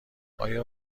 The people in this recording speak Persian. آیا